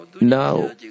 Now